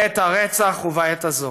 בעת הרצח, ובעת הזאת.